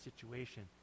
situation